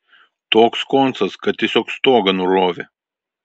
toks koncas kad tiesiog stogą nurovė